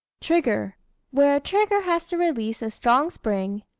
trigger where a trigger has to release a strong spring,